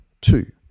Two